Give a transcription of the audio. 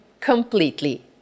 completely